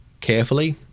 carefully